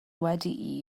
wedi